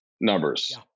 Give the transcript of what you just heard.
numbers